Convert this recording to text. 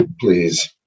please